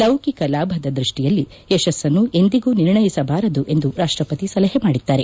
ಲೌಕಿಕ ಲಾಭದ ದ್ವಷ್ಟಿಯಲ್ಲಿ ಯಶಸ್ಸನ್ನು ಎಂದಿಗೂ ನಿರ್ಣಯಿಸಬಾರದು ಎಂದು ರಾಷ್ಟ್ವಪತಿ ಸಲಹೆ ಮಾಡಿದ್ದಾರೆ